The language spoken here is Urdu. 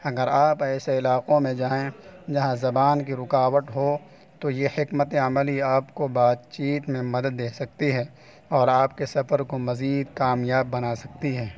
اگر آپ ایسے علاقوں میں جائیں جہاں زبان کی رکاوٹ ہو تو یہ حکمت عملی آپ کو بات چیت میں مدد دے سکتی ہے اور آپ کے سفر کو مزید کامیاب بنا سکتی ہے